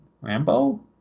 Rambo